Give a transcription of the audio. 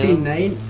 neit